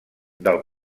del